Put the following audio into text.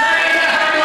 בואו לניצחון.